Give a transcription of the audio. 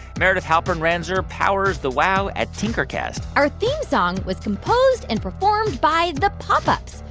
meredith halpern-ranzer powers the wow at tinkercast our theme song was composed and performed by the pop ups.